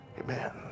Amen